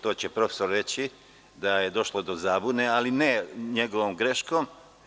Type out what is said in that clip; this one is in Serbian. To će profesor reći, da je došlo do zabune, ali ne njegovom greškom.